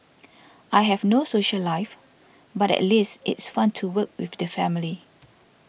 I have no social life but at least it's fun to work with the family